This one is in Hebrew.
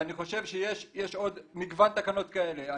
אני חושב שיש עוד מגוון תקנות כאלה.